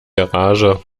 garage